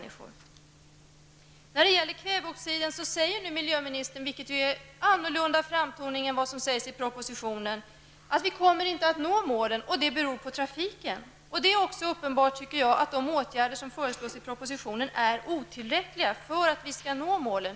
I fråga om kvävedioxiderna säger nu miljöministern -- och det innebär en annan framtoning än den som finns i propositionen -- att vi inte kommer att nå målen och att det beror på trafiken. Det är också uppenbart att de åtgärder som föreslås i propositionen är otillräckliga för att vi skall nå målen.